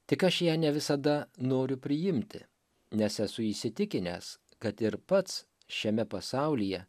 tik aš ją ne visada noriu priimti nes esu įsitikinęs kad ir pats šiame pasaulyje